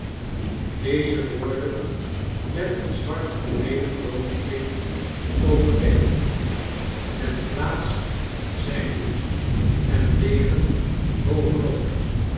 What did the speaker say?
deze worden met een zwart fluweelen doodkleed overdekt men plaatst zijn hoed en degen bovenop